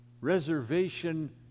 Reservation